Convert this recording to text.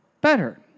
better